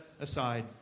aside